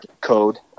code